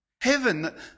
Heaven